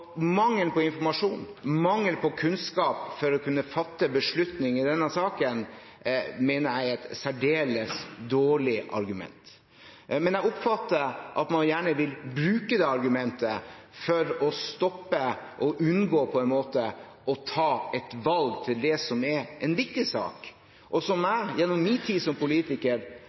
mangel på informasjon og mangel på kunnskap for å kunne fatte beslutninger i denne saken mener jeg er et særdeles dårlig argument. Men jeg oppfatter at man gjerne vil bruke det argumentet for på en måte å unngå å ta et valg i det som er en viktig sak, og som jeg gjennom min tid som politiker